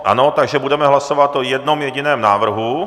Ano, takže budeme hlasovat o jednom jediném návrhu.